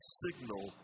signal